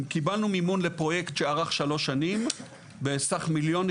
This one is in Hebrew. קיבלנו מימון לפרויקט שארך שלוש שנים בסך 1,200,000,